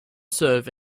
serve